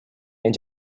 and